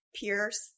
pierce